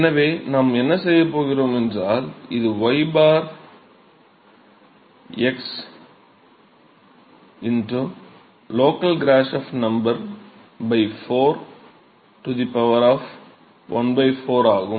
எனவே நாம் என்ன செய்யப் போகிறோமென்றால் இது y x லோக்கல் கிராஷாஃப் நம்பர் 4 ¼ ஆகும்